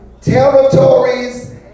territories